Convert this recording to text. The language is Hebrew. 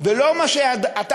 ולא מה שאתה,